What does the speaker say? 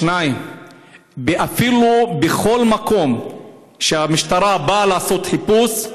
שניים, אפילו, בכל מקום שהמשטרה באה לעשות חיפוש,